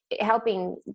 helping